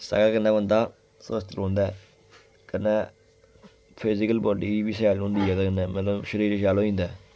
साढ़े कन्नै बंदा स्वस्थ रौंह्दा ऐ कन्नै फिजिकल बाड्डी बी शैल होंदी ओह्दे कन्नै मतलब शरीर शैल होई जंदा ऐ